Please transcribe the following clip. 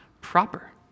proper